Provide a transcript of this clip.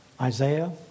Isaiah